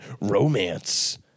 Romance